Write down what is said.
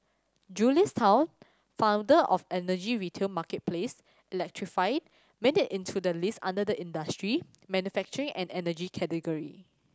Julius Tan founder of energy retail marketplace electrify made it into the list under the industry manufacturing and energy category